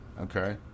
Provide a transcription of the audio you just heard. okay